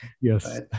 Yes